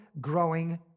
growing